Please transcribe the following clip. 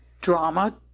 drama